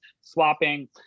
swapping